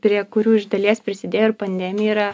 prie kurių iš dalies prisidėjo ir pandemija yra